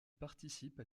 participe